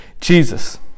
Jesus